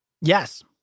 Yes